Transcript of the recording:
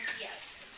Yes